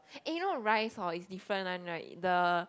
eh you know rice hor is different one right the